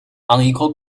unequal